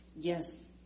Yes